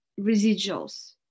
residuals